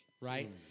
right